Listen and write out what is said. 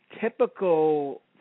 typical